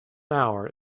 hour